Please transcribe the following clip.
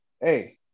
hey